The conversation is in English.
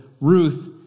Ruth